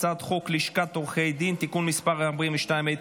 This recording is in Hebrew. הצעת חוק לשכת עורכי הדין (תיקון מס' 42),